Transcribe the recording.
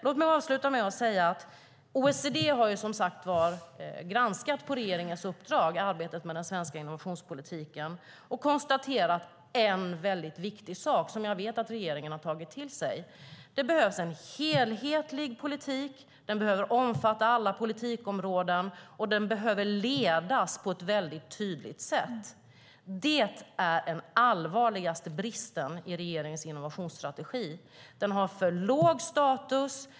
Låt mig avsluta med att säga att OECD har på regeringens uppdrag som sagt granskat arbetet med den svenska innovationspolitiken och konstaterat en väldigt viktig sak som jag vet att regeringen har tagit till sig, att det behövs en enhetlig politik, att den behöver omfatta alla politikområden och att den behöver ledas på ett tydligt sätt. Den allvarligaste bristen i regeringens innovationsstrategi är att den har för låg status.